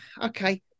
Okay